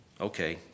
okay